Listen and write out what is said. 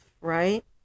right